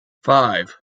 five